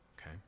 okay